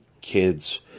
kids